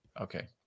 okay